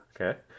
Okay